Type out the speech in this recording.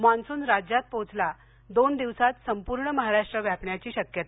monsoon राज्यात पोहोचला दोन दिवसात संपूर्ण महाराष्ट व्यापण्याची शक्यता